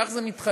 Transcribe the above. כך זה מתחלק.